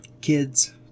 kids